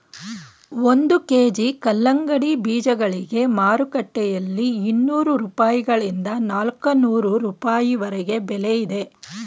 ಒಂದು ಕೆ.ಜಿ ಕಲ್ಲಂಗಡಿ ಬೀಜಗಳಿಗೆ ಮಾರುಕಟ್ಟೆಯಲ್ಲಿ ಇನ್ನೂರು ರೂಪಾಯಿಗಳಿಂದ ನಾಲ್ಕನೂರು ರೂಪಾಯಿವರೆಗೆ ಬೆಲೆ ಇದೆ